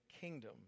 kingdom